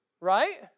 Right